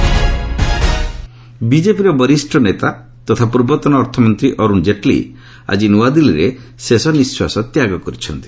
ଅରୁଣ ଜେଟ୍ଲି ବିଜେପିର ବରିଷ ନେତା ତଥା ପୂର୍ବତନ ଅର୍ଥମନ୍ତ୍ରୀ ଅରୁଣ ଜେଟ୍ଲୀ ଆକି ନୂଆଦିଲ୍ଲୀରେ ଶେଷନିଶ୍ୱାସ ତ୍ୟାଗ କରିଛନ୍ତି